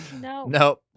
no